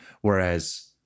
whereas